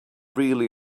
really